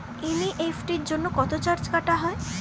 NEFT জন্য কত charge কাটা হয়?